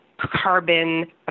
carbon